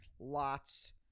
lots